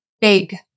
big